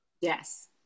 Yes